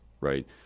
right